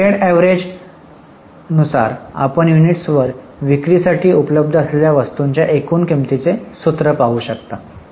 तर weighted average आपण युनिट्सवर विक्री साठी उपलब्ध असलेल्या वस्तूंच्या एकूण किंमतीचे सूत्र पाहू शकता